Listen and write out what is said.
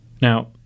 Now